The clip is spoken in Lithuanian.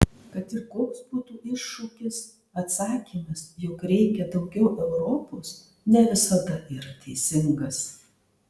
kad ir koks būtų iššūkis atsakymas jog reikia daugiau europos ne visada yra teisingas